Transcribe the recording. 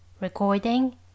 Recording